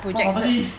what bubble tea